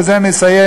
ובזה אני אסיים,